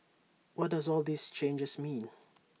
what does all these changes mean